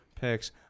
picks